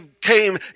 came